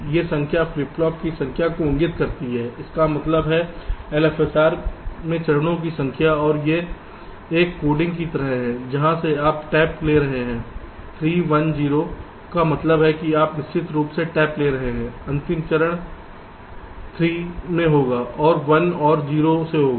ये संख्या flip flop की संख्या को इंगित करती है इसका मतलब है LFSR में चरणों की संख्या और ये एक कोडिंग की तरह है जहां से आप टैप ले रहे हैं 3 1 0 का मतलब है कि आप निश्चित रूप से टैप ले रहे हैं अंतिम चरण 3 से होगा और 1 और 0 से होगा